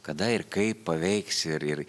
kada ir kaip paveiks ir ir